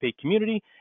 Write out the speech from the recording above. community